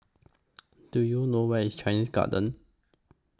Do YOU know Where IS Chinese Garden